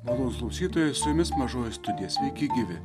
malonūs klausytojai su jumis mažoji studija sveiki gyvi